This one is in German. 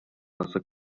nasse